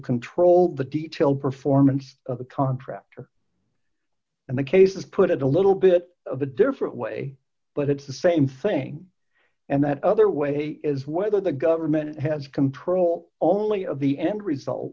control the detail performance of the contractor in the case of put it a little bit of a different way but it's the same thing and that other way is whether the government has control only of the end result